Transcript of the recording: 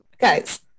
guys